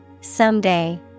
Someday